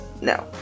no